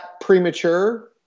premature